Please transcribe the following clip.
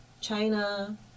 China